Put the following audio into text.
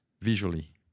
visually